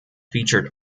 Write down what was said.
featured